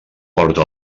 porta